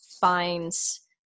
finds